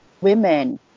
women